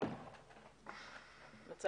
אני אתייחס